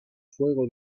fuego